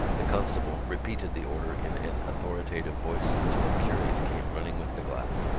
the constable repeated the order in an authoritative voice until a curate came running with the glass.